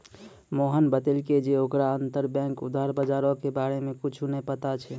मोहने बतैलकै जे ओकरा अंतरबैंक उधार बजारो के बारे मे कुछु नै पता छै